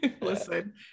listen